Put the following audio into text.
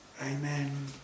Amen